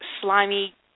slimy